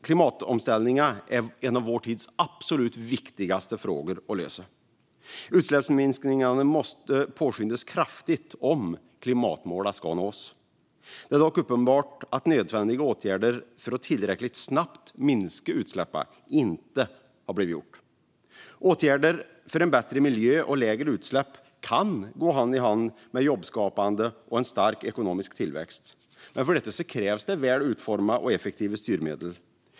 Klimatomställningen är en av vår tids absolut viktigaste frågor att lösa. Utsläppsminskningarna måste påskyndas kraftigt om klimatmålen ska nås. Det är dock uppenbart att nödvändiga åtgärder för att tillräckligt snabbt minska utsläppen inte har gjorts. Åtgärder för en bättre miljö och lägre utsläpp kan gå hand i hand med jobbskapande och en stark ekonomisk tillväxt. För detta krävs väl utformade och effektiva styrmedel.